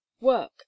work